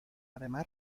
además